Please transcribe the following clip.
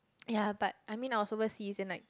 ya but I mean I was overseas and like